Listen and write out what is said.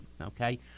okay